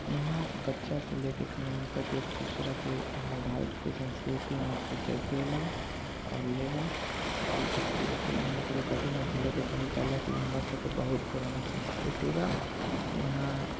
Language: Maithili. इहाँ बच्चासँ ले के सियान तक एक दोसराके हमर भारतके संस्कृतिमे इज्जत देला आओर लेला अइ सभ चीजके हमरा सभके कभी नहि भूलैके चाही कै लए कि बहुत पुराना संस्कृति बा इहाँ